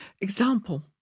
Example